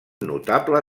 notable